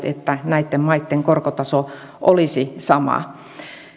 että näitten maitten korkotaso olisi sama